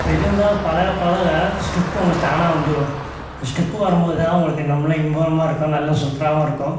இப்போ எது இருந்தாலும் பழகப் பழக ஸ்டெப்பு உங்களுக்கு தானாக வந்துடும் ஸ்டெப்பு வரும் போதுதான் உங்களுக்கு நம்மளும் இம்ப்ரூவாக இருக்கோம் நல்லா சூப்பராகவும் இருக்கும்